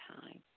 Time